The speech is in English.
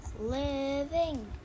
Living